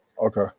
okay